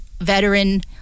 veteran